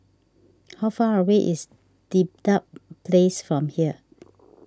how far away is Dedap Place from here